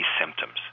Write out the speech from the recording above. symptoms